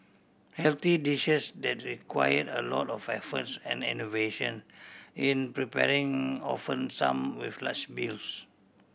healthy dishes that required a lot of efforts and innovation in preparing often some with large bills